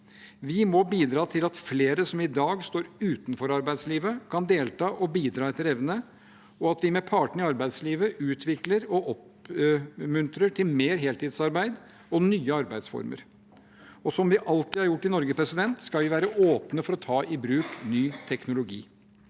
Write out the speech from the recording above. Vi må bidra til at flere som i dag står utenfor arbeidslivet, kan delta og bidra etter evne, og at vi med partene i arbeidslivet utvikler og oppmuntrer til mer heltidsarbeid og nye arbeidsformer. Som vi alltid har gjort i Norge, skal vi være åpne for å ta i bruk ny teknologi.